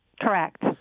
Correct